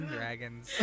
Dragons